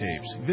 tapes